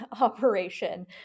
operation